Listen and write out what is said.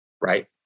right